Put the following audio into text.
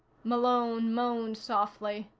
malone moaned softly.